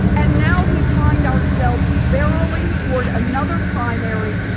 and now we find ourselves barreling toward another primary.